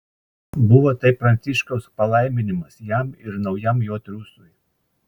buvo tai pranciškaus palaiminimas jam ir naujam jo triūsui